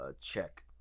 check